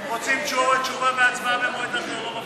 אם הם רוצים תשובה והצבעה במועד אחר, לא מפריע לי.